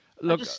Look